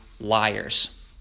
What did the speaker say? liars